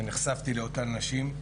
ונחשפתי לאותן נשים,